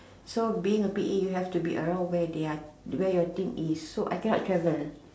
so being a P_A you have to be around where they are where your team is so I cannot travel